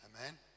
amen